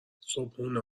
صبحونه